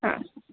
हा